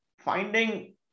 finding